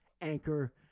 Anchor